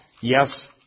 yes